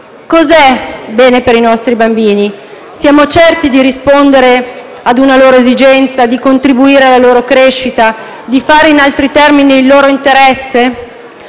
Cosa è bene per i nostri bambini? Siamo certi di rispondere a una loro esigenza, di contribuire alla loro crescita, di fare, in altri termini, il loro interesse?